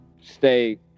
stay